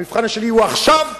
המבחן שלי הוא עכשיו,